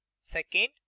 Second